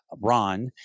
Ron